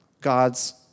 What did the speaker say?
God's